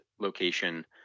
location